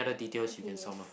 okay yes